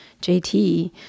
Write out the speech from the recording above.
JT